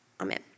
Amen